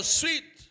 sweet